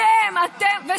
אתם, אתם, חרדים.